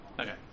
okay